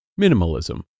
Minimalism